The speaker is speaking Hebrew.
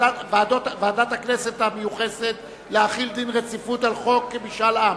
ועדת הכנסת המיוחסת להחיל דין רציפות על חוק משאל עם.